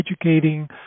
educating